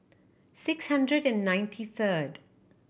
six hundred and ninety third